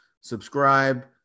subscribe